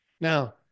Now